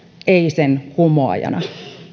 ei sen kumoajana